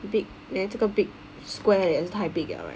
big then 这个 big square 也是太 big 了 eh